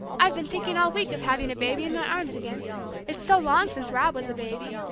i've been thinking all week of having a baby in my arms again it's so long since rob was a baby.